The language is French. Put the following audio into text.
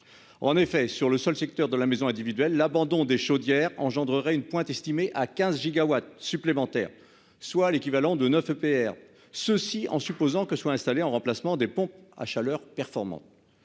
En effet, pour le seul secteur de la maison individuelle, l'abandon des chaudières engendrerait une pointe estimée à 15 gigawatts supplémentaires, soit l'équivalent de neuf EPR (); cela suppose qu'elles soient remplacées par des pompes à chaleur performantes.